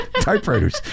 typewriters